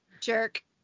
Jerk